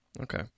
Okay